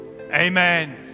amen